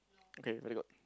okay very good